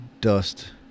dust